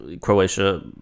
Croatia